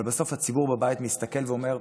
אבל בסוף הציבור בבית מסתכל ואומר: